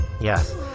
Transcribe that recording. Yes